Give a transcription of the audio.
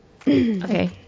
okay